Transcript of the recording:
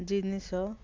ଜିନିଷ